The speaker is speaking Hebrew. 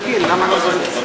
תבדקי למה הם עזבו.